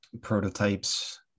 prototypes